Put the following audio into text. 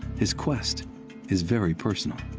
his quest is very personal.